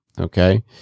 okay